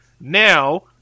now